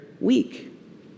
week